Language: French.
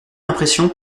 l’impression